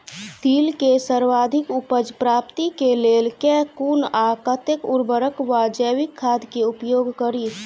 तिल केँ सर्वाधिक उपज प्राप्ति केँ लेल केँ कुन आ कतेक उर्वरक वा जैविक खाद केँ उपयोग करि?